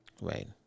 Right